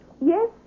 Yes